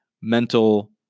mental